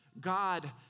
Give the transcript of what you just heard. God